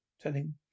telling